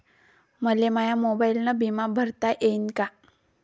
मले माया मोबाईलनं बिमा भरता येईन का?